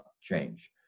change